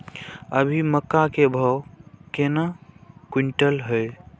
अभी मक्का के भाव केना क्विंटल हय?